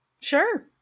Sure